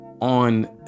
on